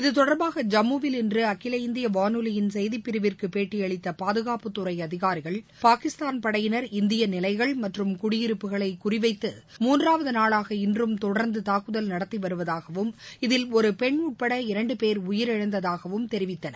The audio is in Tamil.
இத்தொடர்பாக ஜம்முவில் இன்று அகில இந்திய வானொலியின் செய்திப் பிரிவிற்கு பேட்டியளித்த பாதுகாப்புத்துறை அதிகாரிகள் பாகிஸ்தான் படையினர் இந்திய நிலைகள் மற்றும் குடியிருப்புகளை குறிவைத்து மூன்றாவது நாளாக இன்றும் தொடர்ந்து தாக்குதல் நடத்தி வருவதாகவும் இதில் ஒரு பெண் உட்பட இரண்டு பேர் உயிரிழந்ததாகவும் தெரிவித்தனர்